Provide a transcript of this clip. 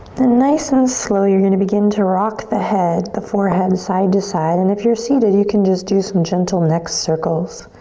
nice and slow you're gonna begin to rock the head, the forehead, side to side and if you're seated, you can just do some gently neck circles.